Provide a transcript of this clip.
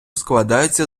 складаються